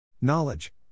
Knowledge